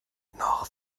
noch